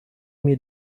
mir